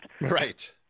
Right